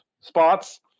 spots